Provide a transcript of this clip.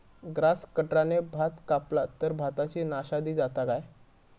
Grass कटराने भात कपला तर भाताची नाशादी जाता काय?